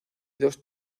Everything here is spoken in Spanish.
dos